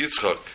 Yitzchak